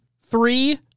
three